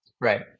Right